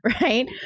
Right